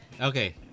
Okay